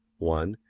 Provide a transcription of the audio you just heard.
one.